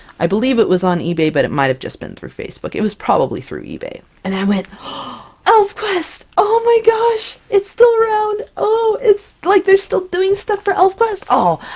i believe it was on ebay, but it might have just been through facebook it was probably through ebay and i went gasp elfquest! oh my gosh! it's still round! oh! it's like, they're still doing stuff for elfquest? aww!